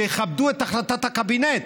שיכבדו את החלטת הקבינט.